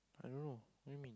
I don't know Amy